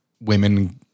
women